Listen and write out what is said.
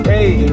Hey